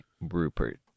Rupert